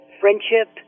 friendship